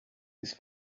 its